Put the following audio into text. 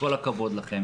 כל הכבוד לכם,